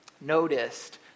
noticed